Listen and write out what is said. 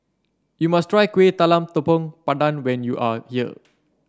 you must try Kueh Talam Tepong Pandan when you are here